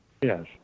Yes